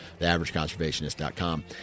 theaverageconservationist.com